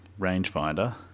rangefinder